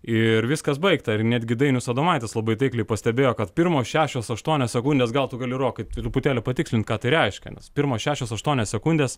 ir viskas baigta ir netgi dainius adomaitis labai taikliai pastebėjo kad pirmos šešios aštuonios sekundės gal tu gali rokai truputėlį patikslint ką tai reiškia nes pirmos šešios aštuonios sekundės